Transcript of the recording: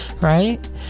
Right